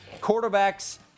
quarterbacks